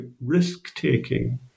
risk-taking